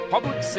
Public